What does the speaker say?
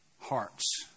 hearts